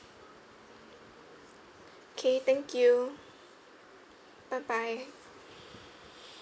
K thank you bye bye